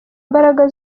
imbaraga